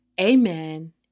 amen